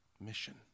mission